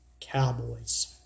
Cowboys